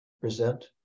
present